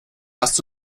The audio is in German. hast